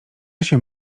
się